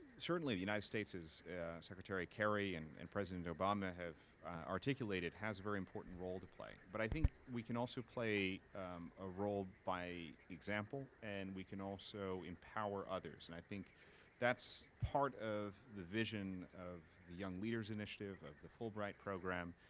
certainly the united states, secretary kerry and and president obama have articulated, has a very important role to play, but i think we can also play a role by example, and we can also empower others, and i think that's part of the vision of the young leaders initiative, of the fulbright program,